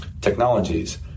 technologies